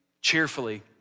cheerfully